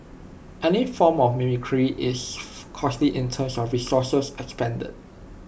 any form of mimicry is costly in terms of resources expended